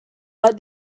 but